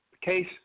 Case